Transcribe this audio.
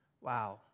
wow